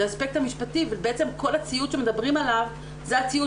זה האספקט המשפטי ובעצם כל הציוד שמדברים עליו זה הציוד